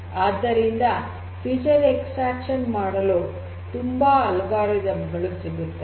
ಆದ್ದರಿಂದ feature extraction ಮಾಡಲು ತುಂಬಾ ಆಲ್ಗೊರಿದಮ್ ಗಳು ಸಿಗುತ್ತವೆ